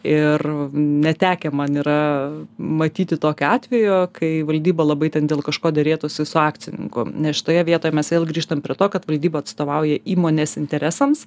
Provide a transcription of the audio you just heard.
ir netekę man yra matyti tokių atvejų kai valdyba labai ten dėl kažko derėtųsi su akcininku nes šitoje vietoje mes vėl grįžtam prie to kad valdyba atstovauja įmonės interesams